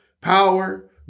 power